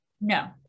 No